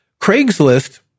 Craigslist